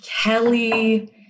Kelly